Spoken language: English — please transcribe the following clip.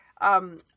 um-